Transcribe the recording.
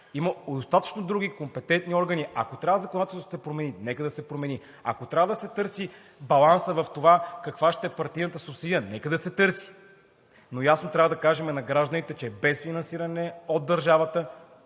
Има достатъчно други компетентни органи. Ако трябва законодателството да се промени – нека да се промени, ако трябва да се търси балансът в това каква ще е партийната субсидия – нека да се търси. Но ясно трябва да кажем на гражданите, че без финансиране от държавата…